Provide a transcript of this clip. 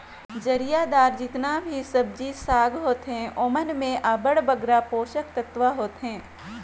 जरियादार जेतना भी सब्जी साग होथे ओमन में अब्बड़ बगरा पोसक तत्व होथे